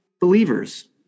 believers